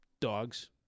Dogs